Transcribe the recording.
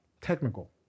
technical